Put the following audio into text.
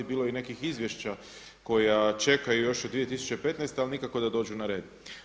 Bilo je nekih izvješća koja čekaju još od 2015. ali nikako da dođu na red.